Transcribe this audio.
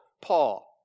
Paul